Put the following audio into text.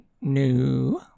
new